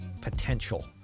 potential